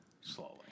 slowly